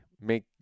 make